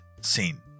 scene